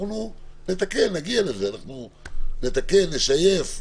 אנחנו מדברים על 100,000 תיקים בשנה